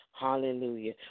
Hallelujah